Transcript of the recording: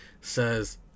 says